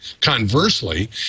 Conversely